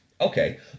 Okay